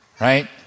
Right